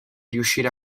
riuscire